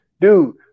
Dude